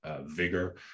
vigor